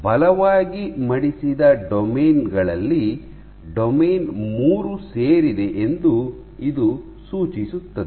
ಬಲವಾಗಿ ಮಡಿಸಿದ ಡೊಮೇನ್ ಗಳಲ್ಲಿ ಡೊಮೇನ್ ಮೂರು ಸೇರಿದೆ ಎಂದು ಇದು ಸೂಚಿಸುತ್ತದೆ